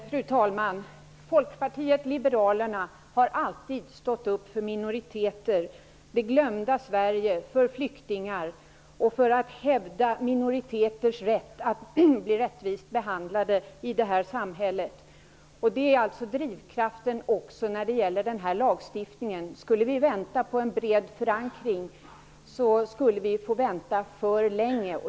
Fru talman! Folkpartiet liberalerna har alltid stått upp för minoriteter, det glömda Sverige och flyktingar. Vi har hävdat minoriteters rätt att bli rättvist behandlade i detta samhälle. Det är drivkraften också när det gäller den här lagstiftningen. Om vi skulle vänta på en bred förankring skulle vi få vänta för länge.